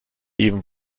even